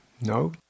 No